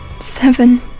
Seven